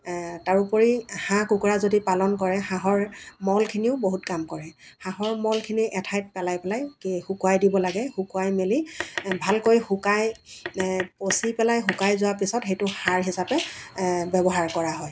তাৰোপৰি হাঁহ কুকুৰা যদি পালন কৰে হাঁহৰ মলখিনিও বহুত কাম কৰে হাঁহৰ মলখিনি এঠাইত পেলাই পেলাই শুকুৱাই দিব লাগে শুকুৱাই মেলি ভালকৈ শুকাই পঁচি পেলাই শুকাই যোৱাৰ পিছত সেইটো সাৰ হিচাপে ব্যৱহাৰ কৰা হয়